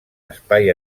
espai